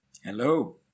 Hello